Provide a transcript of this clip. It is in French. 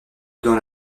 dans